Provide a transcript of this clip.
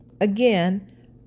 again